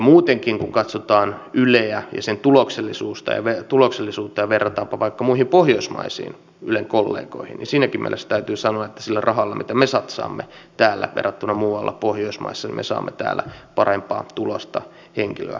muutenkin kun katsotaan yleä ja sen tuloksellisuutta ja verrataan vaikka muihin pohjoismaisiin ylen kollegoihin niin siinäkin mielessä täytyy sanoa että sillä rahalla mitä me satsaamme täällä verrattuna muihin pohjoismaihin me saamme täällä parempaa tulosta henkilöä kohden